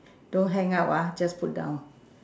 don't hang up ah just put down